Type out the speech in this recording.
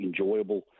enjoyable